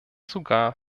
sogar